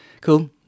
Cool